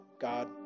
God